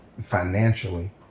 financially